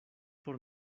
por